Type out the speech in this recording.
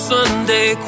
Sunday